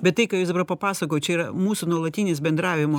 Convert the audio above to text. bet tai ką jūs dabar papasakojot čia yra mūsų nuolatinis bendravimo